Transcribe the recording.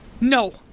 No